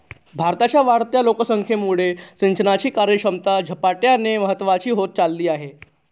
भारताच्या वाढत्या लोकसंख्येमुळे सिंचनाची कार्यक्षमता झपाट्याने महत्वाची होत चालली आहे